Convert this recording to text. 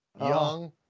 Young